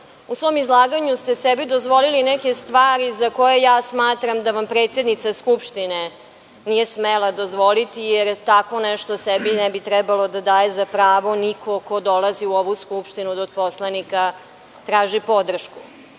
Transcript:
U svom izlaganju dozvolili ste sebi neke stvari za koje smatram da predsednica Skupštine nije smela dozvoliti, jer tako nešto sebi ne bi trebalo da daje za pravo niko ko dolazi u ovu skupštinu, da od poslanika traži podršku. Vi